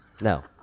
No